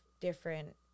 different